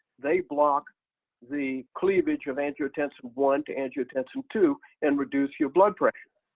they block the cleavage of angiotensin one to angiotensin two and reduce your blood pressure.